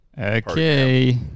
okay